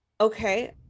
okay